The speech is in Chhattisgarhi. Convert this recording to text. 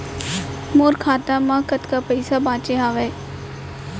मोर खाता मा कतका पइसा बांचे हवय?